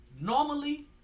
normally